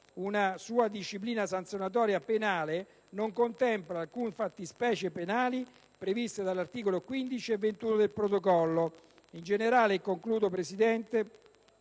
una sua disciplina sanzionatoria penale, non contempla alcune fattispecie penali previste dagli articoli 15 e 21 del Protocollo. In generale, nel codice